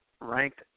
ranked